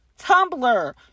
Tumblr